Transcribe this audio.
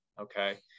okay